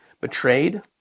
betrayed